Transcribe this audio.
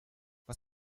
was